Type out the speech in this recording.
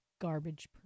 garbage